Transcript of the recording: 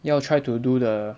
要 try to do the